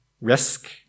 risk